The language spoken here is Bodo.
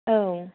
औ